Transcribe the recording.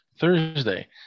Thursday